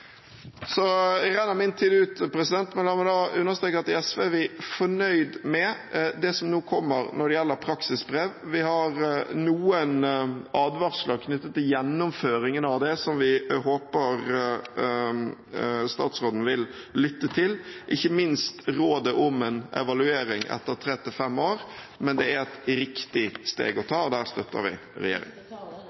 så langt, og med de negative konsekvensene, som høyresiden legger opp til. Min tid renner ut, men la meg understreke at vi i SV er fornøyde med det som nå kommer når det gjelder praksisbrev. Vi har noen advarsler knyttet til gjennomføringen av det, som vi håper statsråden vil lytte til, ikke minst rådet om en evaluering etter tre–fem år. Men det er et riktig steg å ta, og der støtter vi